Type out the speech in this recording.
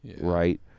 right